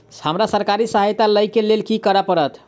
हमरा सरकारी सहायता लई केँ लेल की करऽ पड़त?